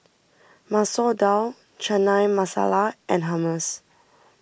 Masoor Dal Chana Masala and Hummus